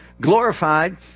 glorified